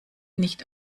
nicht